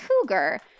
cougar